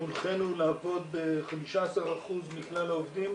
כשהונחינו לעבוד ב-15% מכלל העובדים,